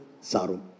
sarum